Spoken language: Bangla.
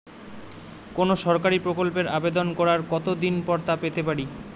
কোনো সরকারি প্রকল্পের আবেদন করার কত দিন পর তা পেতে পারি?